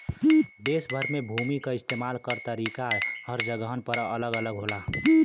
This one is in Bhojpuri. देस भर में भूमि क इस्तेमाल क तरीका हर जगहन पर अलग अलग होला